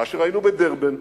מה שראינו בדרבן,